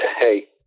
hey